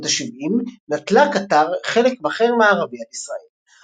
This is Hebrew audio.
בשנות ה-70 נטלה קטר חלק בחרם הערבי על ישראל.